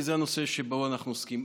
כי זה הנושא שבו אנחנו עוסקים,